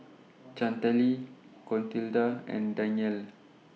Chantelle Clotilda and Danyelle